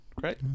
Great